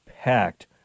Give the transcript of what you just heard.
packed